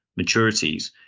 maturities